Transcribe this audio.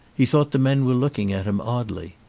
he thought the men were looking at him oddly.